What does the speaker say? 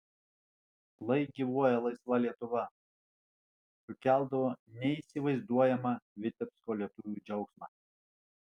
lai gyvuoja laisva lietuva sukeldavo neįsivaizduojamą vitebsko lietuvių džiaugsmą